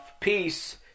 peace